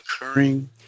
occurring